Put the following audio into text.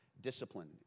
Discipline